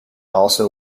also